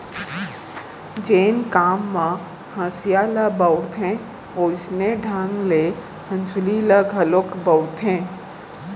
जेन काम म हँसिया ल बउरथे वोइसने ढंग ले हँसुली ल घलोक बउरथें